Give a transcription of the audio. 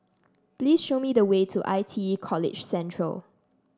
please show me the way to I T E College Central